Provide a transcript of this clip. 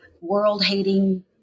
world-hating